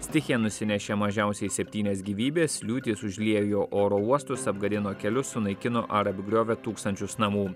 stichija nusinešė mažiausiai septynias gyvybes liūtys užliejo oro uostus apgadino kelius sunaikino ar apgriovė tūkstančius namų